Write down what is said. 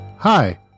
Hi